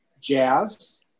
jazz